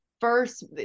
first